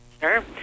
Sure